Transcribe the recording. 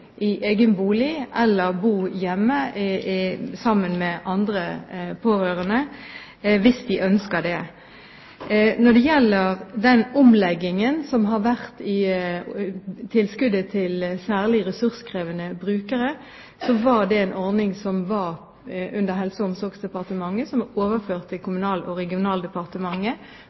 i egen bolig eller bo hjemme sammen med andre pårørende hvis de ønsker det. Når det gjelder den omleggingen av tilskuddet til særlig ressurskrevende brukere, er det en ordning som lå under Helse- og omsorgsdepartementet, og som nå er overført til Kommunal- og regionaldepartementet